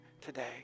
today